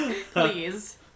Please